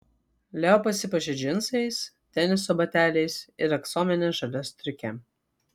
leo pasipuošia džinsais teniso bateliais ir aksomine žalia striuke